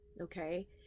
okay